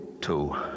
two